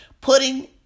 putting